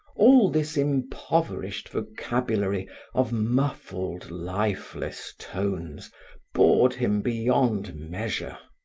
all this impoverished vocabulary of muffled, lifeless tones bored him beyond measure.